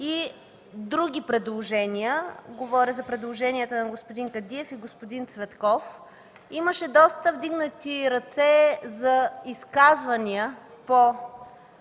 и други предложения – говоря за предложението на господин Кадиев и господин Цветков. Имаше доста вдигнати ръце за изказвания по